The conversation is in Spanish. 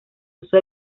uso